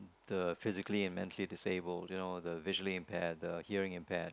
the physically and mentally disabled you know the visually impaired the hearing impaired